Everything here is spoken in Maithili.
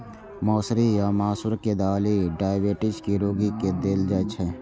मौसरी या मसूरक दालि डाइबिटीज के रोगी के देल जाइ छै